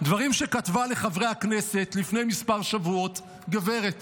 דברים שכתבה לחברי הכנסת לפני כמה שבועות גברת